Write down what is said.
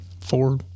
four